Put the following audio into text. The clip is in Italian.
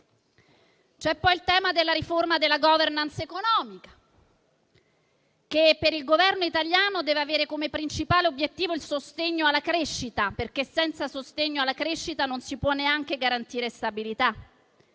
C'è poi il tema della riforma della *governance* economica, che per il Governo italiano deve avere come principale obiettivo il sostegno alla crescita, perché senza sostegno alla crescita non si può neanche garantire stabilità.